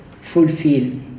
fulfill